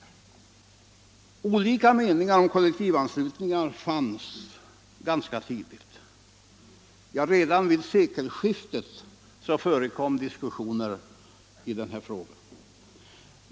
Olika meningar om kollektivanslutning fanns ganska tidigt. Ja, redan vid sekelskiftet förekom diskussioner i denna fråga.